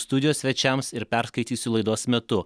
studijos svečiams ir perskaitysiu laidos metu